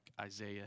Isaiah